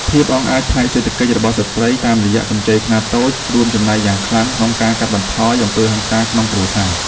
ភាពអង់អាចផ្នែកសេដ្ឋកិច្ចរបស់ស្ត្រីតាមរយៈកម្ចីខ្នាតតូច រួមចំណែកយ៉ាងខ្លាំងក្នុងការកាត់បន្ថយអំពើហិង្សាក្នុងគ្រួសារ។